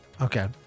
Okay